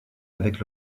avec